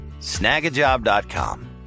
snagajob.com